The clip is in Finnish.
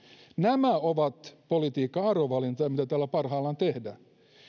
nämä ovat politiikan arvovalintoja mitä täällä parhaillaan tehdään